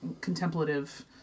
contemplative